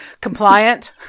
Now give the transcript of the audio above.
compliant